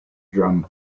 drum